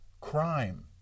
crime